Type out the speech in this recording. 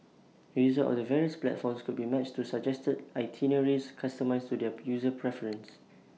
A user of the various platforms could be matched to suggested itineraries customised to their user preference